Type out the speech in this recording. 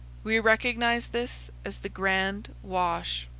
we recognize this as the grand wash.